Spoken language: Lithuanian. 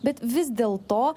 bet vis dėl to